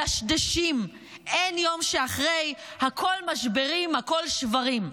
מדשדשים, אין יום שאחרי, הכול משברים, הכול שברים.